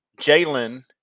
Jalen